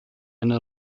eine